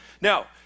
Now